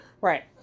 right